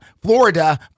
Florida